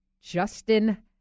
Justin